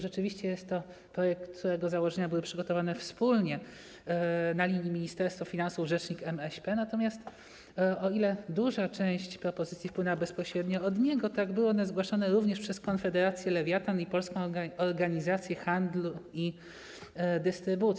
Rzeczywiście jest to projekt, którego założenia były przygotowane wspólnie na linii Ministerstwo Finansów - rzecznik MŚP, natomiast o ile duża część propozycji wpłynęła bezpośrednio od niego, o tyle były one zgłaszane również przez Konfederację Lewiatan i Polską Organizację Handlu i Dystrybucji.